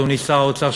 אדוני שר האוצר,